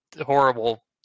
horrible